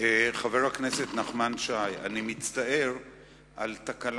חבר הכנסת נחמן שי, אני מצטער על התקלה.